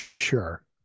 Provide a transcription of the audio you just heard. sure